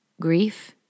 Grief